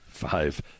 Five